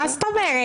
מה זאת אומרת?